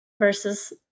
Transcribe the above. versus